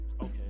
Okay